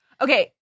Okay